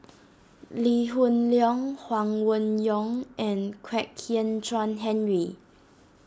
Lee Hoon Leong Huang Wenhong and Kwek Hian Chuan Henry